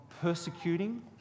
persecuting